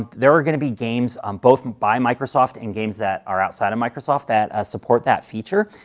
there are going to be games um both by microsoft and games that are outside of microsoft that ah support that feature.